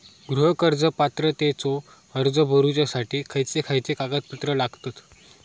गृह कर्ज पात्रतेचो अर्ज भरुच्यासाठी खयचे खयचे कागदपत्र लागतत?